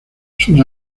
sus